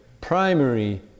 primary